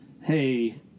hey